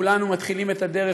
כולנו מתחילים את הדרך,